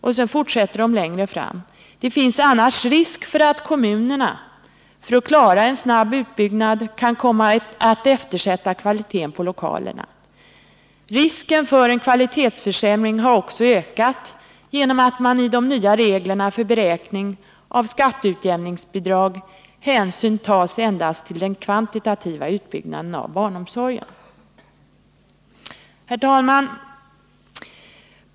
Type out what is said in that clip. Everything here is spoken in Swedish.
Man fortsätter längre fram: ”Det finns annars risk för att kommunerna för att klara en snabb utbyggnad kan komma att eftersätta kvaliteten på lokalerna. -—— Risken för en kvalitetsförsämring har också ökat genom att i de nya reglerna för beräkning av skatteutjämningsbidrag hänsyn tas endast till den kvantitativa utbyggnaden av barnomsorgen”. Herr talman!